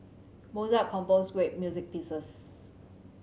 Mozart composed great music pieces